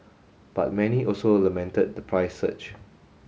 but many also lamented the price surge